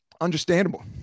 understandable